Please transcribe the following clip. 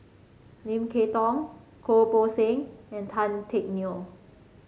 Lim Kay Tong Goh Poh Seng and Tan Teck Neo